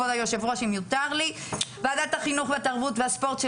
כבוד היושב ראש אם יותר לי: וועדת החינוך והספורט של